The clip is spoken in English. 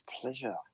pleasure